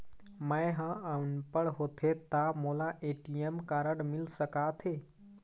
मैं ह अनपढ़ होथे ता मोला ए.टी.एम कारड मिल सका थे?